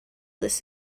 this